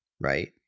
right